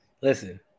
listen